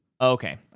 okay